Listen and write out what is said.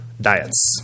diets